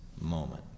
moment